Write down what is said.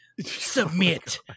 Submit